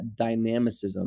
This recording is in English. dynamicism